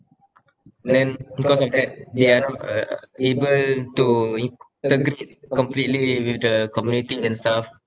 then because of that they are not uh able to integrate completely with the community and stuff